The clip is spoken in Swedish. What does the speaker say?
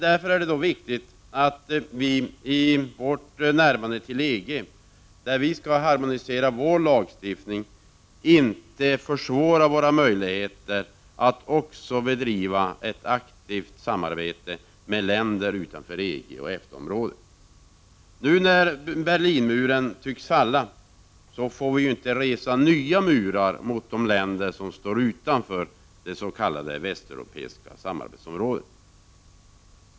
Därför är det viktigt att vi i vårt närmande till EG — där vi skall harmonisera vår lagstiftning — inte försvårar det för oss att också bedriva ett aktivt samarbete med länder utanför EG och EFTA-området. Nu när Berlinmuren tycks falla får vi inte resa nya murar mot länder som står utanför det s.k. västeuropeiska samarbetsområdet.